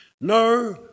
No